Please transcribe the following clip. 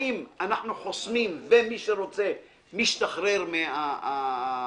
האם אנחנו חוסמים ומי שרוצה משתחרר מהחסימה,